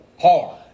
hard